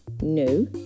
No